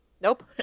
Nope